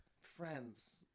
friends